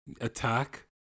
attack